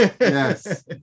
yes